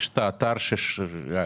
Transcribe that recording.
מי בעד סעיף 3 שמתייחס לתחולה?